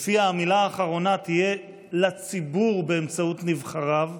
שלפיה המילה האחרונה תהיה של הציבור באמצעות נבחריו,